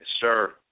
Sir